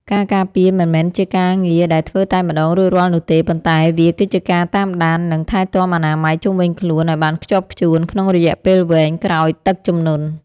ការការពារមិនមែនជាការងារដែលធ្វើតែម្តងរួចរាល់នោះទេ ប៉ុន្តែវាគឺជាការតាមដាន និងថែទាំអនាម័យជុំវិញខ្លួនឱ្យបានខ្ជាប់ខ្ជួនក្នុងរយៈពេលវែងក្រោយទឹកជំនន់។